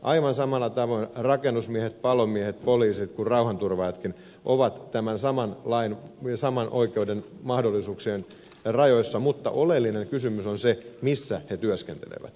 aivan samalla tavoin rakennusmiehet palomiehet poliisit kuin rauhanturvaajatkin ovat tämän saman oikeuden mahdollisuuksien rajoissa mutta oleellinen kysymys on se missä he työskentelevät